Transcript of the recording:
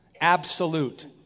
absolute